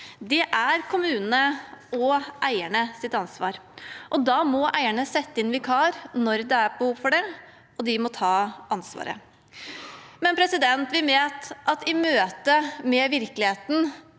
Det er kommunenes og eiernes ansvar. Da må eierne sette inn vikar når det er behov for det, og de må ta ansvaret. Samtidig vet vi at i møtet med virkeligheten